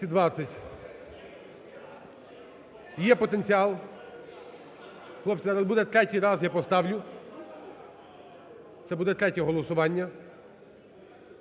є потенціал. Хлопці, зараз буде, третій раз я поставлю. Це буде третє голосування.